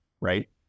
right